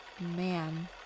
man